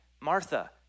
Martha